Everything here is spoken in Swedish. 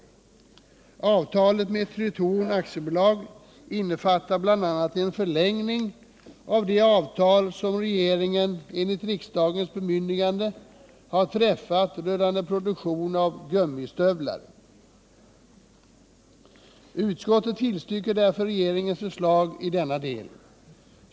Avtalet med Tretorn AB innefattar bl.a. en förlängning av det avtal som regeringen enligt riksdagens bemyndigande har träffat rörande produktion av gummistövlar. Utskottet tillstyrker därför regeringens förslag i denna del.